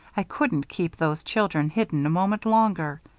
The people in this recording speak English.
i couldn't keep those children hidden a moment longer.